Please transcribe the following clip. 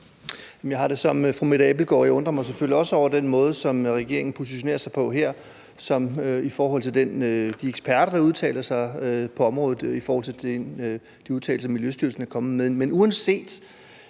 Jeg har det som fru Mette Abildgaard. Jeg undrer mig selvfølgelig også over den måde, som regeringen positionerer sig på her, i forhold til de eksperter, der udtaler sig på området, og i forhold til de udtalelser, Miljøstyrelsen er kommet med.